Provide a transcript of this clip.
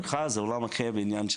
זה super cool, אחד מהרעיונות